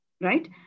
right